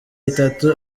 itatu